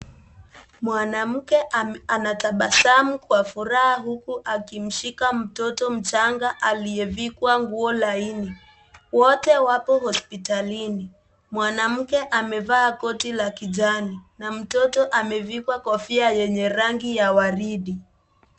Mwanaume anatabasamu kwa furaha huku akishika mtoto mchanga aliyevikwa nguo laini. Wote wapo hospitalini. Mwanamke amevaa koti la kijani na mtoto amevikwa kofia yenye rangi ya waridi.